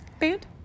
band